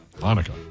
Monica